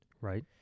right